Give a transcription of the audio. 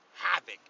havoc